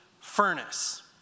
furnace